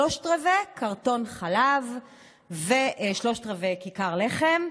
אפשר שלושת-רבעי קרטון חלב ושלושת-רבעי כיכר לחם.